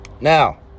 Now